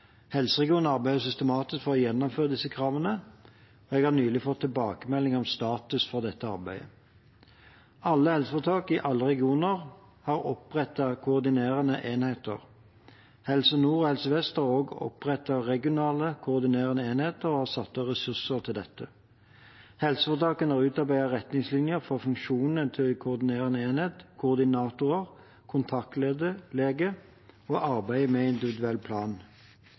Helseregionene arbeider systematisk for å gjennomføre disse kravene, og jeg har nylig fått tilbakemelding om status for dette arbeidet. Alle helseforetak i alle regioner har opprettet koordinerende enheter. Helse Nord og Helse Vest har også opprettet regionale koordinerende enheter og satt av ressurser til dette. Helseforetakene har utarbeidet retningslinjer for funksjonene til koordinerende enhet, koordinatorer, kontaktlege og arbeidet med individuell plan.